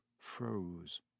froze